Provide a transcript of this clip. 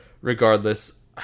regardless